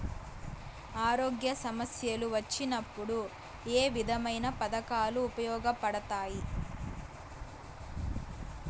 ఆరోగ్య సమస్యలు వచ్చినప్పుడు ఏ విధమైన పథకాలు ఉపయోగపడతాయి